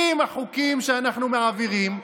עם החוקים שאנחנו מעבירים,